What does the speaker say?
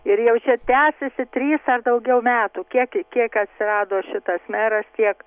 ir jau čia tęsiasi trys ar daugiau metų kiek kiek atsirado šitas meras tiek